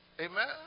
Amen